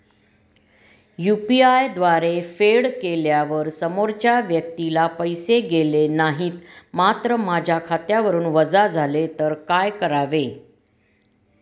UPI द्वारे फेड केल्यावर समोरच्या व्यक्तीला पैसे गेले नाहीत मात्र माझ्या खात्यावरून वजा झाले तर काय करावे?